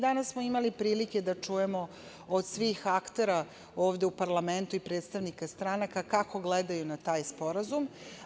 Danas smo imali prilike da čujemo od svih aktera ovde u parlamentu i predstavnika stranaka, kako gledaju na taj sporazum.